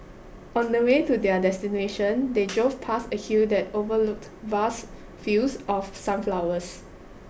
on the way to their destination they drove past a hill that overlooked vast fields of sunflowers